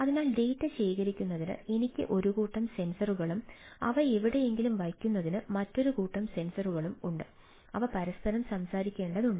അതിനാൽ ഡാറ്റ ശേഖരിക്കുന്നതിന് എനിക്ക് ഒരു കൂട്ടം സെൻസറുകളും അവ എവിടെയെങ്കിലും വയ്ക്കുന്നതിന് മറ്റൊരു കൂട്ടം സെൻസറുകളും ഉണ്ട് അവ പരസ്പരം സംസാരിക്കേണ്ടതുണ്ട്